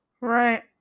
Right